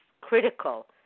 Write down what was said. critical